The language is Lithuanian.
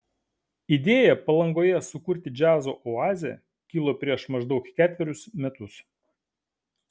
idėja palangoje sukurti džiazo oazę kilo prieš maždaug ketverius metus